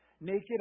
naked